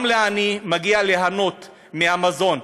גם לעני מגיע ליהנות מהמזון,